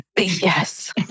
Yes